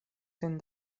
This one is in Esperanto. sen